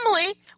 Emily